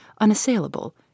unassailable